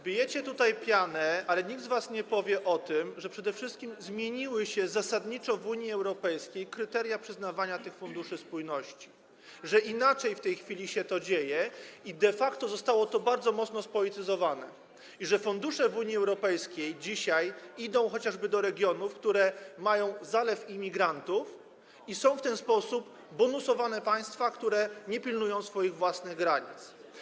Bijecie tutaj pianę, ale nikt z was nie powie o tym, że przede wszystkim zmieniły się zasadniczo w Unii Europejskiej kryteria przyznawania tych funduszy spójności, że inaczej w tej chwili się to dzieje i de facto zostało to bardzo mocno spolityzowane, że fundusze w Unii Europejskiej idą dzisiaj chociażby do regionów, które są zalewane przez imigrantów, i w ten sposób są bonusowane państwa, które nie pilnują swoich własnych granic.